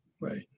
Right